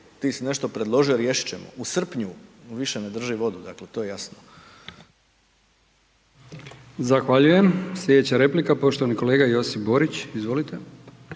tisi nešto predložio, riješio, u srpnju više ne drži vodu, dakle to je jasno. **Brkić, Milijan (HDZ)** Zahvaljujem. Slijedeća replika, poštovani kolega Josip Borić, izvolite.